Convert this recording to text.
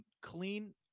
Clean